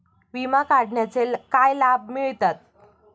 विमा काढण्याचे काय लाभ मिळतात?